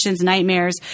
nightmares